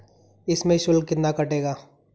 इसमें शुल्क कितना कटेगा?